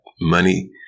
money